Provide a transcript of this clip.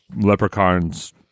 leprechauns